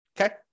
okay